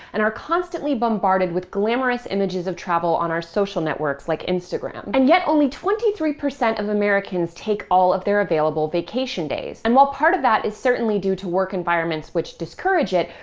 and are constantly bombarded with glamorous images of travel on our social networks, like instagram. and yet only twenty three percent of americans take all of their available vacation days. and while part of that is certainly due to work environments which discourage it,